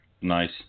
Nice